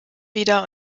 wieder